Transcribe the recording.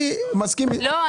לא.